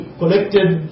collected